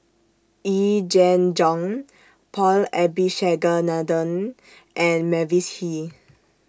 Yee Jenn Jong Paul Abisheganaden and Mavis Hee